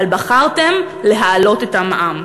אבל בחרתם להעלות את המע"מ,